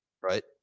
right